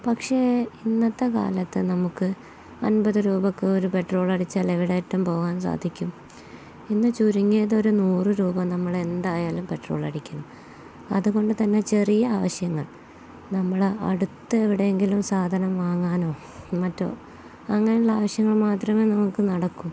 പക്ഷേ ഇന്നത്തെ കാലത്ത് നമുക്ക് അൻപത് രൂപയ്ക്ക് ഒരു പെട്രോളടിച്ചാല് എവിടം വരെ പോകാൻ സാധിക്കും ഇന്ന് ചുരുങ്ങിയത് ഒരു നൂറു രൂപ നമ്മളെന്തായാലും പെട്രോളടിക്കണം അതുകൊണ്ടുതന്നെ ചെറിയ ആവശ്യങ്ങൾ നമ്മളെ അടുത്ത് എവിടെയങ്കിലും സാധനം വാങ്ങാനോ മറ്റോ അങ്ങനെയുള്ള ആവശ്യങ്ങൾ മാത്രമേ നമുക്കു നടക്കൂ